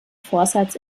vorsatz